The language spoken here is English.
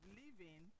living